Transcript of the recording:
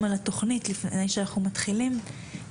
על התוכנית לפני שאנחנו מתחילים את הדיון,